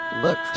look